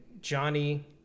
Johnny